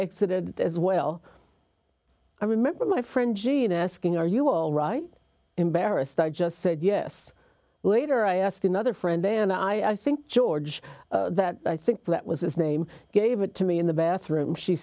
exited as well i remember my friend gene asking are you all right embarrassed i just said yes later i asked another friend then i think george that i think that was his name gave it to me in the bathroom she